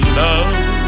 love